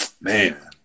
man